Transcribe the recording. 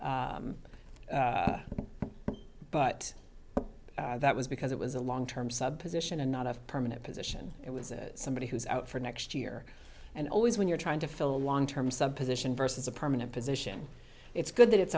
fill but that was because it was a long term sub position and not a permanent position it was a somebody who's out for next year and always when you're trying to fill a long term sub position versus a permanent position it's good that it's